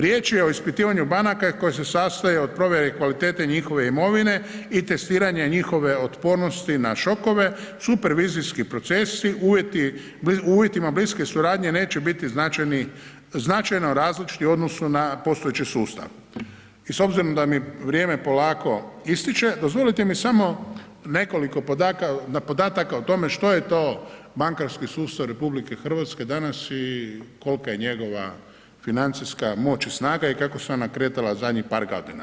Riječ je o ispitivanju banaka koje se sastoje od provjere kvalitete njihove imovine i testiranja njihove otpornosti na šokove, supervizijski procesi u uvjetima bliske suradnje neće biti značajno različiti u odnosu na postojeći sustav i s obzirom da mi vrijeme polako ističe, dozvolite mi samo nekoliko podataka o tome što je to bankarski sustav RH danas i kolika je njegova financijska moć i snaga i kako se ona kretala zadnjih par godina.